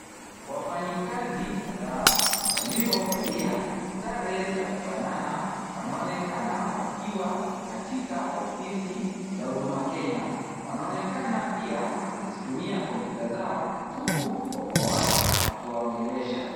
Wafanyikazi kadhaa, waliovalia sare za kufanana wanaonekana wakiwa katika ofisi za huduma Kenya. Wanaonekana pia wazitumia kompyuta zao huku mkwabua wao akiwaongelesha.